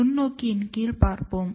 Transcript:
நுண்ணோக்கியின் கீழ் பார்ப்போம்